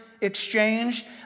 exchange